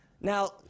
Now